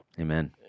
amen